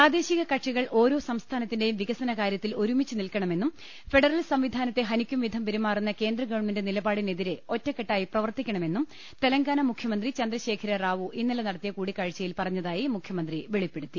പ്രാദേശിക കക്ഷികൾ ഓരോ സംസ്ഥാനത്തിന്റെയും വിക സന കാര്യത്തിൽ ഒരുമിച്ചു നിൽക്കണമെന്നും ഫെഡറൽ സംവി ധാനത്തെ ഹനിക്കുംവിധം പെരുമാറുന്ന കേന്ദ്രഗവൺമെന്റ് നില പാടിനെതിരെ ഒറ്റക്കെട്ടായി പ്രവർത്തിക്കണമെന്നും തെലങ്കാന മുഖ്യമന്ത്രി ചന്ദ്രശേഖര റാവു ഇന്നലെ നടത്തിയ കൂടിക്കാഴ്ച യിൽ പറഞ്ഞതായി മുഖ്യമന്ത്രി വെളിപ്പെടുത്തി